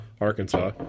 Arkansas